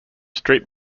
street